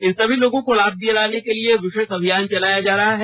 इन सभी लोगों को लाभ दिलाने के लिए विशेष अभियान चलाया जा रहा है